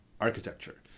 architecture